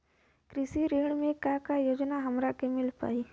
कृषि ऋण मे का का योजना हमरा के मिल पाई?